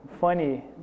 funny